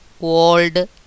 old